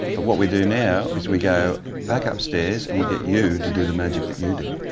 but what we do now is, we go back upstairs and we get you to do the magic that you do.